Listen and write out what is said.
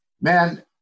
man